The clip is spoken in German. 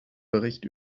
bericht